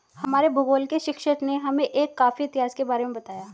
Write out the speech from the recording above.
हमारे भूगोल के शिक्षक ने हमें एक कॉफी इतिहास के बारे में बताया